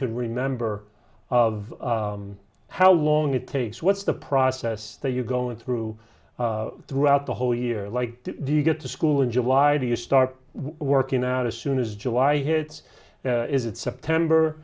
can remember of how long it takes what's the process that you're going through throughout the whole year like do you get to school in july do you start working out as soon as to why hits is it september